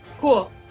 Cool